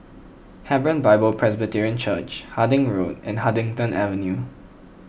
Hebron Bible Presbyterian Church Harding Road and Huddington Avenue